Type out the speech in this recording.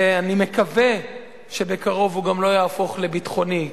ואני מקווה שבקרוב הוא לא יהפוך לביטחוני,